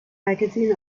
magazine